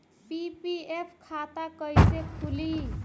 PPF खाता कैसे खुली?